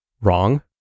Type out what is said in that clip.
Wrong